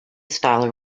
style